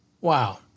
Wow